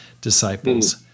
disciples